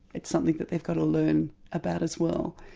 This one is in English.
it's something that they've got to learn about as well,